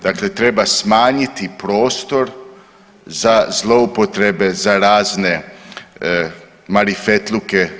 Dakle, treba smanjiti prostor za zloupotrebe za razne marifetluke.